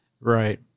Right